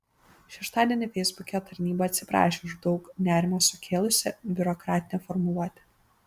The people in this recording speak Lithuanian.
šeštadienį feisbuke tarnyba atsiprašė už daug nerimo sukėlusią biurokratinę formuluotę